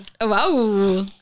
Wow